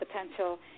potential